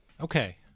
Okay